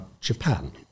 Japan